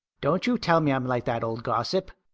don't you tell me i'm like that old gossip,